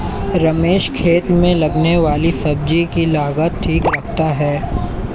रमेश खेत में उगने वाली सब्जी की लागत ठीक रखता है